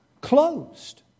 Closed